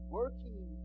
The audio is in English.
working